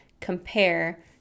compare